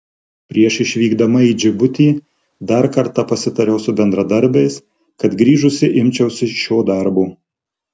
prieš išvykdama į džibutį dar kartą pasitariau su bendradarbiais kad grįžusi imčiausi šio darbo